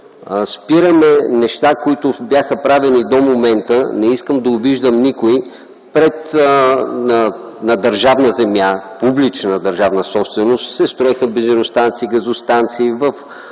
спираме неща, които бяха правени до момента. Не искам да обиждам никой за това. На държавна земя – публична държавна собственост, се строяха бензиностанции, газостанции. В